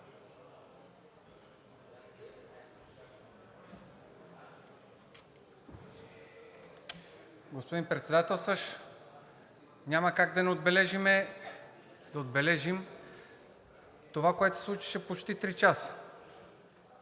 Господин Председателстващ, няма как да не отбележим това, което се случваше почти три часа.